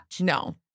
No